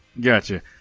Gotcha